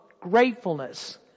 gratefulness